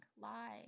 lie